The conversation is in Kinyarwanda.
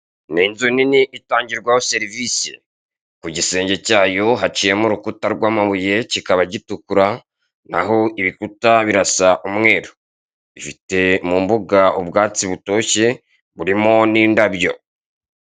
Ni inzu nini itangirwamo serivise, ku gisenge cyayo haciyemo urukuta rw'amabuye kikaba gitukura naho ibikuta birasa umweru, ifite mu mbuga ubwatsi butoshye burimo n'indabyo.